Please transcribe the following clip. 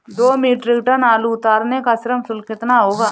दो metric ton आलू उतारने का श्रम शुल्क कितना होगा?